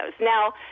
Now